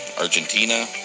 Argentina